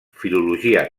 filologia